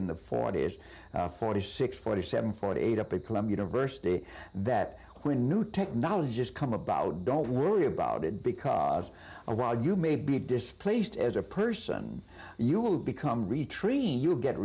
in the forty's forty six forty seven forty eight up at columbia university that when new technologies come about don't worry about it because a rod you may be displaced as a person you will become retrain you'll get